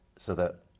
so that,